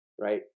Right